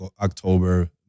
October